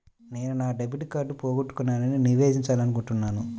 నేను నా డెబిట్ కార్డ్ని పోగొట్టుకున్నాని నివేదించాలనుకుంటున్నాను